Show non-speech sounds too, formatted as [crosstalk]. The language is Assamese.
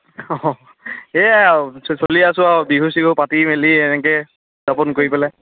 এইয়াই আৰু চলি আছো আৰু বিহু চিহু পাতি মেলি এনেকৈ [unintelligible] কৰি পেলাই